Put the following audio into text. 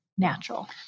natural